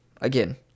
Again